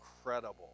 incredible